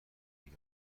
علیه